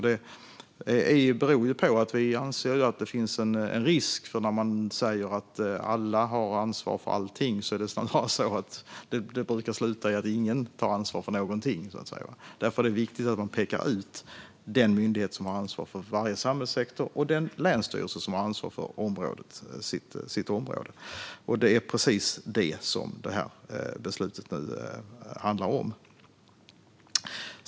Det beror på att vi anser att det finns en risk när man säger att alla har ansvar för allting. Det brukar sluta med att ingen tar ansvar för någonting. Därför är det viktigt att man pekar ut den myndighet som har ansvar för varje samhällssektor och den länsstyrelse som har ansvaret för sitt område. Det är precis det som det här beslutet handlar om.